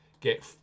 get